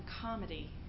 comedy